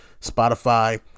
spotify